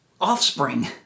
offspring